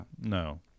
No